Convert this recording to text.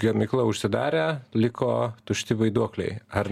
gamykla užsidarė liko tušti vaiduokliai ar